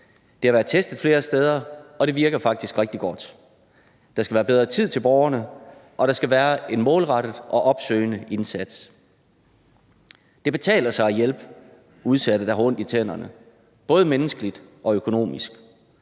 Det har været testet flere steder, og det virker faktisk rigtig godt. Der skal være bedre tid til borgerne, og der skal være en målrettet og opsøgende indsats. Det betaler sig at hjælpe udsatte, der har ondt i tænderne, både menneskeligt og økonomisk.